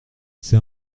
c’est